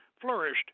flourished